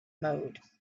mode